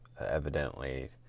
evidently